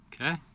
Okay